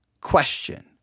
question